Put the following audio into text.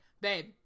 Babe